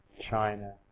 China